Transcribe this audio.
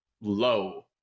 low